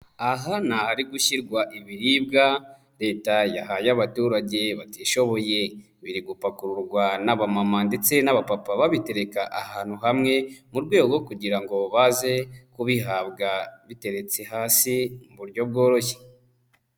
Aha ni ahari gushyirwa ibiribwa Leta yahaye abaturage batishoboye, biri gupakururwa n'abamama ndetse n'abapapa babitereka ahantu hamwe, mu rwego kugira ngo baze kubihabwa biteretse hasi mu buryo bworoshye.